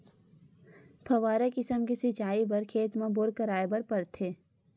फव्हारा किसम के सिचई बर खेत म बोर कराए बर परथे